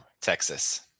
Texas